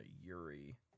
Yuri